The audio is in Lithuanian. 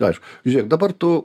aiš žiūrėk dabar tu